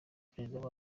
perezida